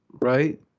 right